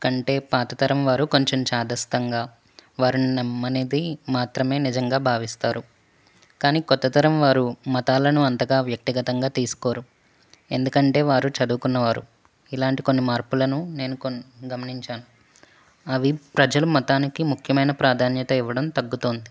కంటే పాత తరం వారు కొంచెం చాదస్తంగా వారు నమ్మినది మాత్రమే నిజంగా భావిస్తారు కానీ కొత్త తరం వారు మతాలను అంతగా వ్యక్తిగతంగా తీసుకోరు ఎందుకంటే వారు చదువుకున్న వారు ఇలాంటి కొన్ని మార్పులను నేను కొన్ని గమనించాను అవి ప్రజల మతానికి ఎక్కువ ప్రాధాన్యత ఇవ్వడం తగ్గుతుంది